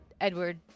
Edward